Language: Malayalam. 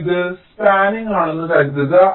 അതിനാൽ ഇത് സ്പാനിങ്ണെന്ന് കരുതുക